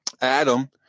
Adam